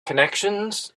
connections